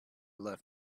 left